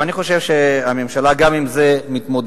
ואני חושב שהממשלה גם עם זה מתמודדת.